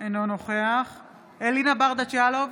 אינו נוכח אלינה ברדץ' יאלוב,